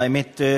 האמת,